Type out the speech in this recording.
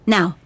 Now